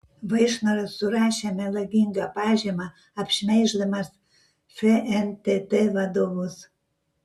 vaišnoras surašė melagingą pažymą apšmeiždamas fntt vadovus